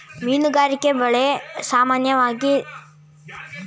ಮೀನುಗಾರಿಕೆ ಬಲೆ ಸಾಮಾನ್ಯವಾಗಿ ತುಲನಾತ್ಮಕ್ವಾಗಿ ತೆಳುವಾದ್ ದಾರನ ಗಂಟು ಹಾಕಿದ್ ಜಾಲರಿಗಳಾಗಯ್ತೆ